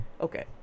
okay